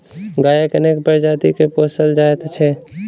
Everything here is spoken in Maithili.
गायक अनेक प्रजाति के पोसल जाइत छै